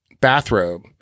bathrobe